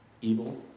evil